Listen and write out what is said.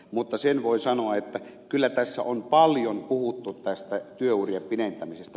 mutta sen voin sanoa että kyllä tässä on paljon puhuttu tästä työurien pidentämisestä